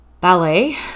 ballet